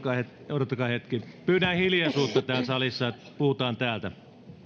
odottakaa hetki pyydän hiljaisuutta täällä salissa puhutaan täältä